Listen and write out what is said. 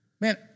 Man